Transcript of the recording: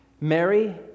Mary